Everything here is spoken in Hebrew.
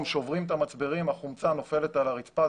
שוברים את המצברים והחומצה נופלת על הרצפה.